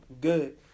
good